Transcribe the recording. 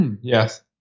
Yes